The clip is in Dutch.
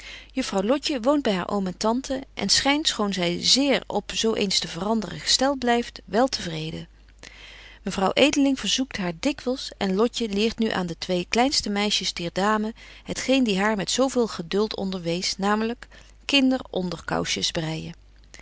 juffrouw lotje woont by haar oom en tante en schynt schoon zy zéér op zo eens te veranderen gestelt blyft wel te vreden mevrouw edeling verzoekt haar dikwyls en lotje leert nu aan de twee kleinste meisjes dier dame het geen die haar met zo veel geduld onderwees namenlyk kinder onderkousjes breijen